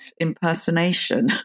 impersonation